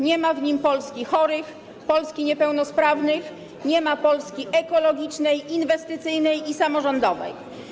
Nie ma w nim Polski chorych, Polski niepełnosprawnych, nie ma Polski ekologicznej, inwestycyjnej i samorządowej.